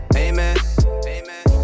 amen